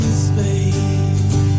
space